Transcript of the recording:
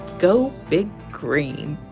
go big green.